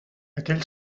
aquell